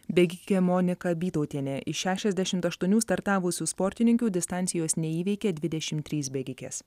bėgikė monika bytautienė iš šešiasdešimt aštuonių startavusių sportininkių distancijos neįveikė dvidešim trys bėgikės